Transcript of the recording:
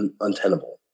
untenable